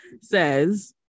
says